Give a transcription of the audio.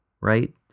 right